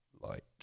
light